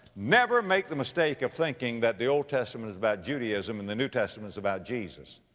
never make the mistake of thinking that the old testament is about judaism and the new testament is about jesus.